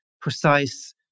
precise